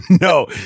no